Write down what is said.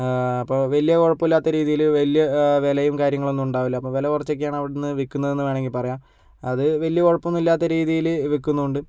അപ്പോൾ വലിയകുഴപ്പമില്ലാത്ത രീതിയിൽ വലിയ വിലയും കാര്യങ്ങളൊന്നും ഉണ്ടാവില്ല അപ്പോൾ വില കുറച്ചൊക്കെയാണ് അവിടെ നിന്ന് വിൽക്കുന്നതെന്ന് വേണമെങ്കിൽ പറയാം അത് വലിയ കുഴപ്പമൊന്നില്ലാത്ത രീതിയിൽ വിൽക്കുന്നുണ്ട്